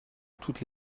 toutes